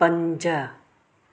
पंज